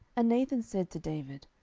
and nathan said to david,